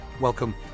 welcome